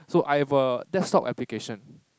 so I have a desktop application